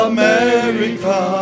America